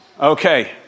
Okay